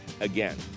again